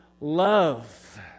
love